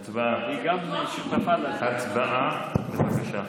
הצבעה, בבקשה.